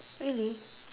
really